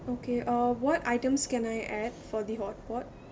okay uh what items can I add for the hotpot